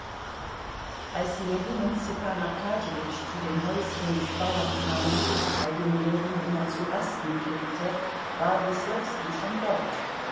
als ljewin und stepan arkadjewitsch zu dem häuschen des bauern kamen bei dem ljewin immer zu rasten pflegte war weslowski schon dort